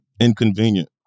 inconvenient